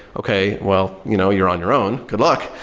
okay, well you know you're on your own. good luck.